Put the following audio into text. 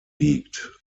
liegt